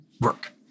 work